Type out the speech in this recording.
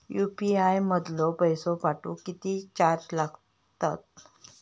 UPI मधलो पैसो पाठवुक किती चार्ज लागात?